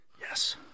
Yes